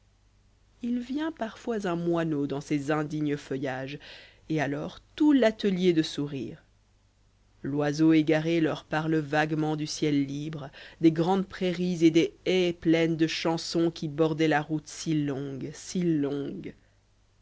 il vient parfois un moineau dans ces indignes feuillages et alors tout l'atelier de sourire l'oiseau égaré leur parle vaguement du ciel libre des grandes prairies et des haies pleines de chansons qui bordaient la route si longue si longue